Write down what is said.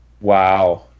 Wow